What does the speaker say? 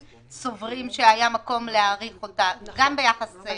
סוברים שהיה מקום להאריך אותה גם ביחס לממשלת מעבר.